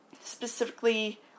specifically